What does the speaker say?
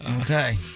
Okay